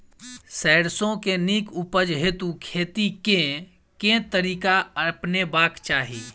सैरसो केँ नीक उपज हेतु खेती केँ केँ तरीका अपनेबाक चाहि?